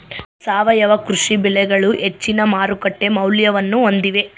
ಸಾವಯವ ಕೃಷಿ ಬೆಳೆಗಳು ಹೆಚ್ಚಿನ ಮಾರುಕಟ್ಟೆ ಮೌಲ್ಯವನ್ನ ಹೊಂದಿವೆ